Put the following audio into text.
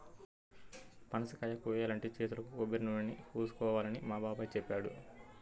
పనసకాయని కోయాలంటే చేతులకు కొబ్బరినూనెని పూసుకోవాలని మా బాబాయ్ చెప్పాడు